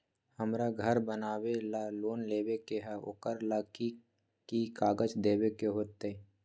हमरा घर बनाबे ला लोन लेबे के है, ओकरा ला कि कि काग़ज देबे के होयत?